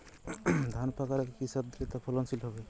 ধান পাকার আগে কি সার দিলে তা ফলনশীল হবে?